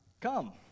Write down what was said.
come